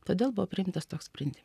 todėl buvo priimtas toks sprendim